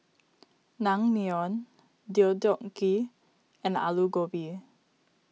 Naengmyeon Deodeok Gui and Alu Gobi